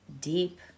deep